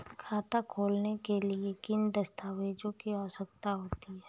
खाता खोलने के लिए किन दस्तावेजों की आवश्यकता होती है?